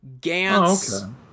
Gantz